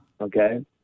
Okay